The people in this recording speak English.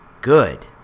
good